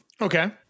Okay